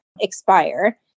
expire